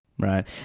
Right